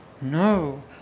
No